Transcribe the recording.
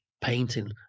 painting